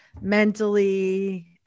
mentally